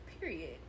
period